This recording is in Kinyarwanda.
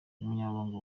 umunyamabanga